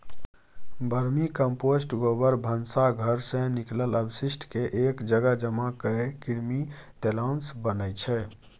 vermicompost गोबर, भनसा घरसँ निकलल अवशिष्टकेँ एक जगह जमा कए कृमि देलासँ बनै छै